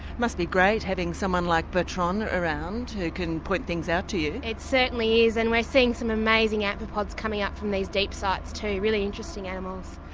must be great having someone like bertrand around who can point things out to you. it certainly is, and we're seeing some amazing arthropods coming up from these deep sites too, really interesting animals.